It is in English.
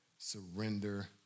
surrender